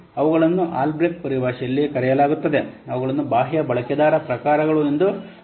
ಅವುಗಳನ್ನು ಆಲ್ಬ್ರೆಕ್ಟ್ ಪರಿಭಾಷೆಯಲ್ಲಿ ಕರೆಯಲಾಗುತ್ತದೆ ಅವುಗಳನ್ನು ಬಾಹ್ಯ ಬಳಕೆದಾರ ಪ್ರಕಾರಗಳು ಎಂದೂ ಕರೆಯುತ್ತಾರೆ